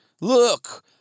Look